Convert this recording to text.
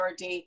rd